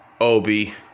Obi